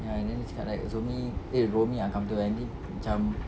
ya and then dia cakap like rumi eh rumi uncomfortable and then macam